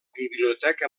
biblioteca